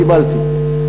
קיבלתי.